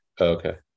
okay